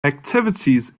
activities